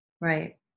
right